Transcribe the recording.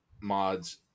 mods